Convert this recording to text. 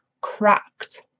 cracked